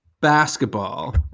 basketball